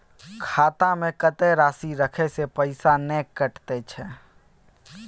खाता में कत्ते राशि रखे से पैसा ने कटै छै?